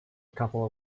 couple